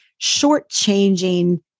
shortchanging